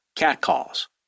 Catcalls